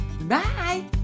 bye